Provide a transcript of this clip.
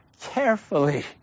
carefully